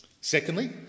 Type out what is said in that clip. Secondly